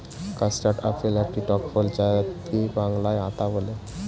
custard apple একটি টক ফল যাকে বাংলায় আতা বলে